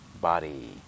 Body